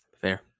Fair